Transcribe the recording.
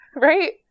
right